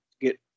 get